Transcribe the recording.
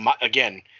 again